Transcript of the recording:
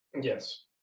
Yes